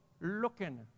looking